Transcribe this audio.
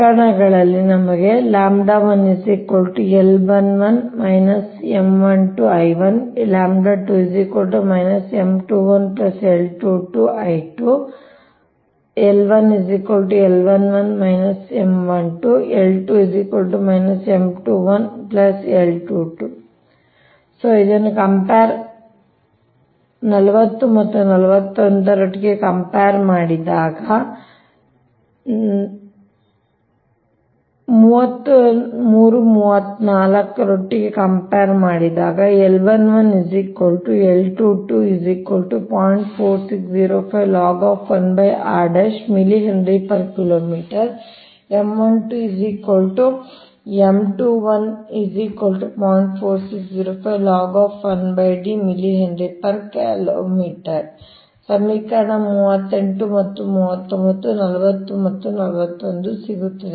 ಪ್ರಕರಣಗಳ್ಳಲ್ಲಿ ನಮಗೆ ಸಮೀಕರಣ 38 ಮತ್ತು 39 40 ಮತ್ತು 41 ಸಿಗುತ್ತದೆ